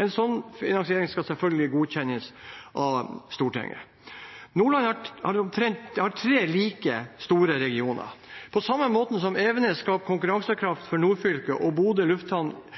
En slik finansiering skal selvfølgelig godkjennes av Stortinget. Nordland har tre like store regioner. På samme måte som Evenes skaper konkurransekraft for nordfylket og Bodø lufthavn